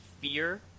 fear